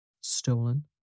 Stolen